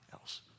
else